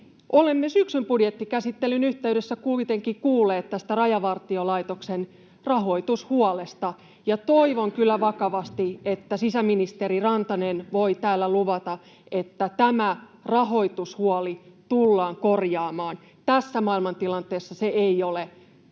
Olemme syksyn budjettikäsittelyn yhteydessä kuitenkin kuulleet tästä Rajavartiolaitoksen rahoitushuolesta, ja toivon kyllä vakavasti, että sisäministeri Rantanen voi täällä luvata, että tämä rahoitushuoli tullaan korjaamaan. Tässä maailmantilanteessa se ei ole